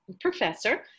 Professor